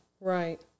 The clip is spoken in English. Right